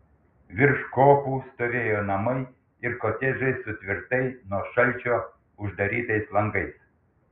virš kopų stovėjo namai ir kotedžai su tvirtai nuo šalčio uždarytais langais